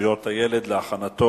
לזכויות הילד נתקבלה.